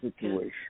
Situation